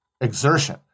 exertion